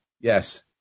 Yes